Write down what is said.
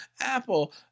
Apple